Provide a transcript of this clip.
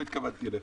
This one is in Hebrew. לא התכוונתי אליך.